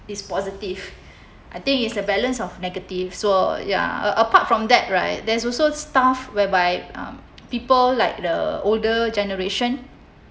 is positive I think it's a balance of negative so ya uh apart from that right there's also stuff whereby people like the older generation